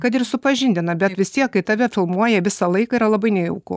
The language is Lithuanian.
kad ir supažindina bet vis tiek kai tave filmuoja visą laiką yra labai nejauku